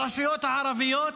ברשויות הערביות,